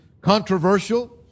controversial